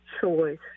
choice